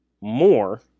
more